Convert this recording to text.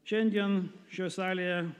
šiandien šioj salėje